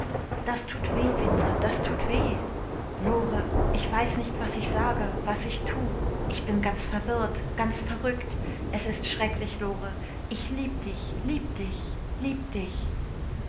das tut weh winter das tut weh lore ich weiß nicht was ich sage was ich tu ich bin ganz verwirrt ganz verrückt es is schrecklich lore ich lieb dich lieb dich lieb dich